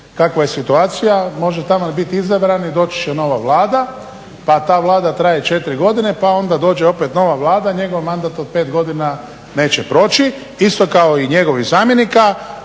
kakav je situacija može taman biti izabran i doći će nova Vlada pa ta Vlada traje četiri godine pa onda dođe opet nova Vlada, a njegov mandat od pet godina neće proći isto kao i njegovih zamjenika,